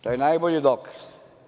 To je najbolji dokaz.